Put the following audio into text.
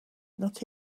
not